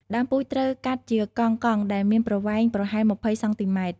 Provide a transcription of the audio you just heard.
ដើមពូជត្រូវកាត់ជាកង់ៗដែលមានប្រវែងប្រហែល ២០ សង់ទីម៉ែត្រ។